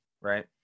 right